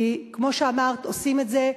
כי כמו שאמרת, עושים את זה.